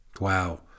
Wow